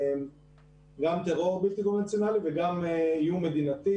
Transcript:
גם טרור בלתי קונבנציונלי וגם איום מדינתי,